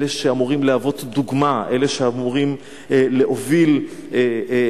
אלה שאמורים להוות דוגמה,